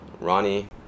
Ronnie